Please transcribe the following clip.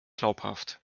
glaubhaft